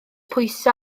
pwyso